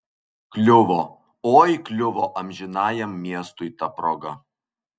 kliuvo oi kliuvo amžinajam miestui ta proga